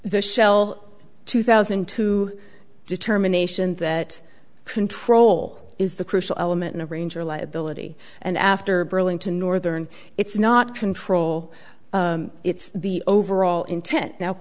the shell two thousand and two determination that control is the crucial element in a ranger liability and after burlington northern it's not control it's the overall intent no